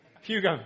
Hugo